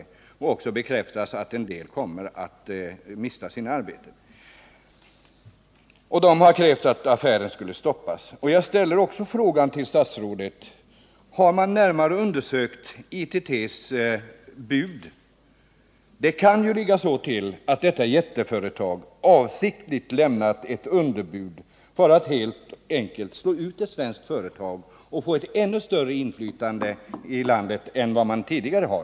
Det har också bekräftats att en del av dem kommer att mista sina arbeten. De har därför krävt att affären skulle stoppas. Jag ställer också frågan till statsrådet: Har man närmare undersökt ITT:s anbud? Det kan ju ligga så till att detta jätteföretag avsiktligt lämnat ett underbud för att helt enkelt slå ut ett svenskt företag och få ett ännu större inflytande i landet än vad det redan har.